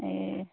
ए